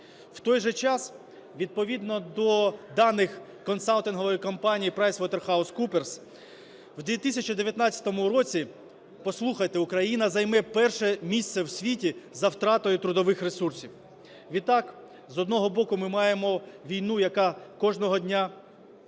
У той же час, відповідно до даних консалтинговою компанії PricewaterhouseCoopers, у 2019 році, послухайте, Україна займе перше місце в світі за втратою трудових ресурсів. Відтак, з одного боку, ми маємо війну, яка кожного дня забирає